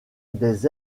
des